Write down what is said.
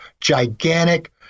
gigantic